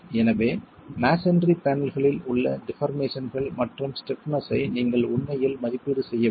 எனவே மஸோன்றி பேனல்களில் உள்ள டிபார்மேசன்கள் மற்றும் ஸ்டிப்னஸ் ஐ நீங்கள் உண்மையில் மதிப்பீடு செய்ய வேண்டும்